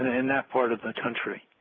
in that part of the country.